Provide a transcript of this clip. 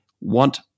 want